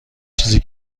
چیزی